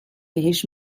بهش